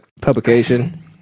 publication